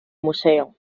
museo